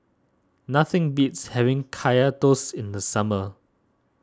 nothing beats having Kaya Toast in the summer